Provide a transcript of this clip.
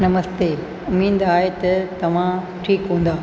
नमस्ते उमेद आहे त तव्हां ठीकु हूंदा